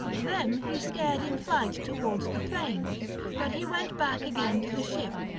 them he scared in flight towards the plain but he went back again to the ship,